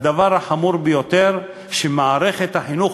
הדבר החמור ביותר הוא שמערכת החינוך